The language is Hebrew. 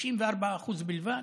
34% בלבד?